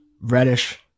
Reddish